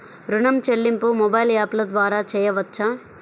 ఋణం చెల్లింపు మొబైల్ యాప్ల ద్వార చేయవచ్చా?